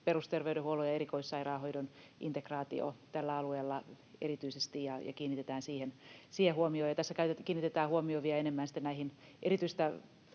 perusterveydenhuollon ja erikoissairaanhoidon integraatiota tällä alueella erityisesti ja kiinnitetään siihen huomiota. Tässä kiinnitetään huomiota vielä enemmän sitten näihin erityisen